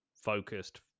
focused